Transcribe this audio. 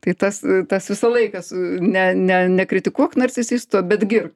tai tas tas visą laiką su ne ne nekritikuok narcisisto bet girk